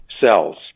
cells